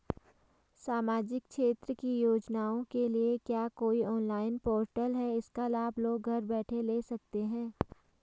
सामाजिक क्षेत्र की योजनाओं के लिए क्या कोई ऑनलाइन पोर्टल है इसका लाभ लोग घर बैठे ले सकते हैं?